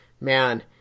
man